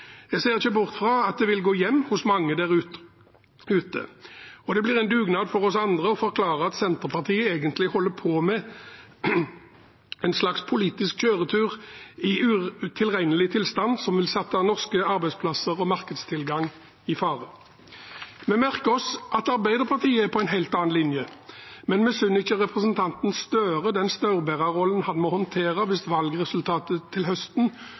Jeg ser ikke bort fra at det vil gå hjem hos mange der ute, og det blir en dugnad for oss andre å forklare at Senterpartiet egentlig holder på med en slags politisk kjøretur i utilregnelig tilstand som vil sette norske arbeidsplasser og markedstilgang i fare. Vi merker oss at Arbeiderpartiet er på en helt annen linje, men vi misunner ikke representanten Støre den staurbærerrollen han må håndtere hvis valgresultatet til høsten